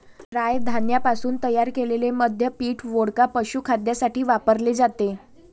राय धान्यापासून तयार केलेले मद्य पीठ, वोडका, पशुखाद्यासाठी वापरले जाते